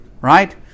Right